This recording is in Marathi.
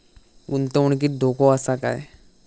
गुंतवणुकीत धोको आसा काय?